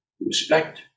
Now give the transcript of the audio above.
respect